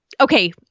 Okay